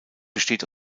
besteht